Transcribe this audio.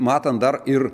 matant dar ir